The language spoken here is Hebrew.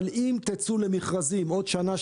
אבל אם תצאו למכרזים עוד שנה,